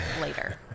later